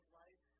life